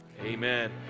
amen